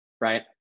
Right